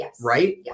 right